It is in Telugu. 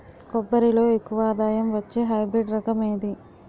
కొబ్బరి లో ఎక్కువ ఆదాయం వచ్చే హైబ్రిడ్ రకం ఏది?